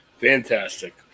fantastic